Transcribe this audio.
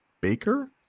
Baker